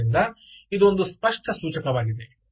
ಆದ್ದರಿಂದ ಇದು ಒಂದು ಸ್ಪಷ್ಟ ಸೂಚಕವಾಗಿದೆ